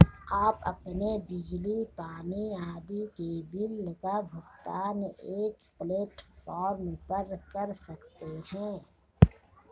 आप अपने बिजली, पानी आदि के बिल का भुगतान एक प्लेटफॉर्म पर कर सकते हैं